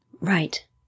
Right